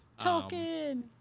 Tolkien